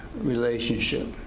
relationship